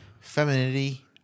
femininity